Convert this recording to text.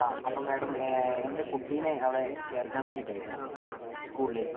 ആ അപ്പോൾ മാഡം എൻ്റെ കുട്ടീനെ അവിടെ ചേർക്കാൻ വേണ്ടിയിട്ടായിരുന്നേ സ്കൂളിലേക്ക്